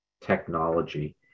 technology